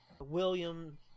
William